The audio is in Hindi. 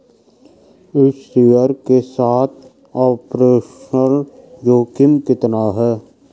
इस शेयर के साथ ऑपरेशनल जोखिम कितना है?